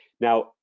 Now